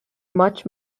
much